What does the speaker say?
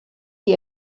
die